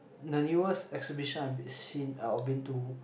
the newest exhibition I've seen or been to